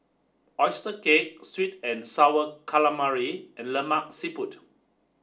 Oyster Cake Sweet and Sour Calamari and Lemak Siput